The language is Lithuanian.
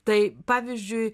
tai pavyzdžiui